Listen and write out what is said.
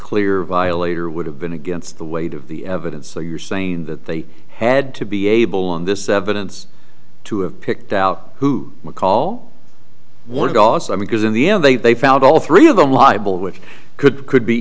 clear violator would have been against the weight of the evidence so you're saying that they had to be able on this evidence to have picked out who mccall what goss i mean because in the end they they found all three of them libel which could could be